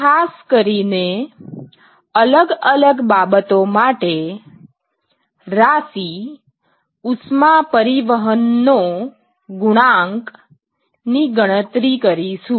ખાસ કરીને અલગ અલગ બાબતો માટે રાશિ ઉષ્મા પરિવહનનો ગુણાંક ની ગણતરી કરીશું